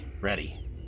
ready